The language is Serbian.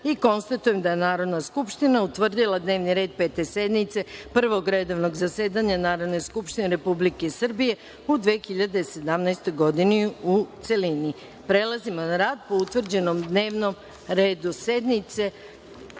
26.Konstatujem da je Narodna skupština utvrdila dnevni red Pete sednice Prvog redovnog zasedanja Narodne skupštine Republike Srbije u 2017. godini, u celini. Prelazimo na rad po utvrđenom dnevnom redu